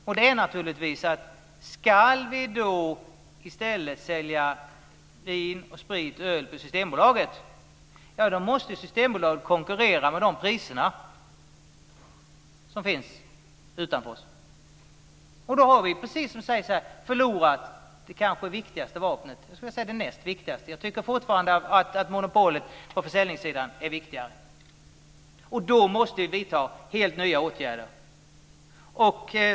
Om vi då ska sälja vin, sprit och öl på Systembolaget måste Systembolaget konkurrera med de priser som finns utanför landet. Då har vi, precis som sägs här, förlorat det kanske viktigaste vapnet. Jag skulle vilja säga att det är det näst viktigaste. Jag tycker fortfarande att monopolet på försäljningssidan är viktigare. Då måste vi vidta helt nya åtgärder.